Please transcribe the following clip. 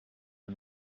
and